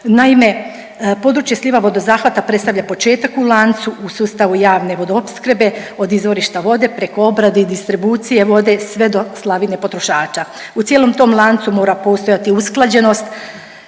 Naime, područje sliva vodozahvata predstavlja početak u lancu u sustavu javne vodoopsrkbe od izvorišta vode preko obrade i distribucije vode sve do slavine potrošača. U cijelom tom lancu mora postojati usklađenost